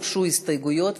הוגשו הסתייגויות,